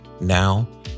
Now